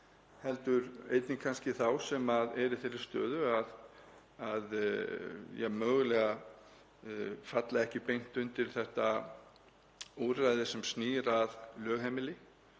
heldur einnig kannski þeim sem eru í þeirri stöðu að falla mögulega ekki beint undir þetta úrræði sem snýr að lögheimili.